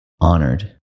honored